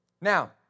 Now